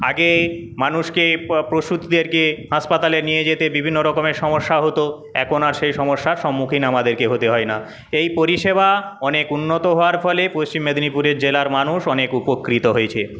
আগে মানুষকে প্রসূতিদেরকে হাসপাতালে নিয়ে যেতে বিভিন্নরকমের সমস্যা হত এখন আর সে সমস্যার সম্মুখীন আমাদেরকে হতে হয় না এই পরিষেবা অনেক উন্নত হওয়ার ফলে পশ্চিম মেদিনীপুরের জেলার মানুষ অনেক উপকৃত হয়েছে